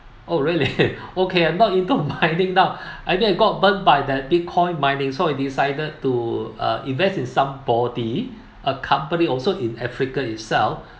oh really okay I'm not into mining now I mean I got burnt by the deep coin mining so I decided to uh invest in some body a company also in africa itself